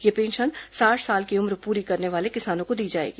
यह पेंशन साठ साल की उम्र पूरी करने वाले किसानों को दी जाएगी